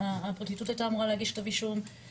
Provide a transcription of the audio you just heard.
הפרקליטות היתה אמורה להגיש כתב אישום,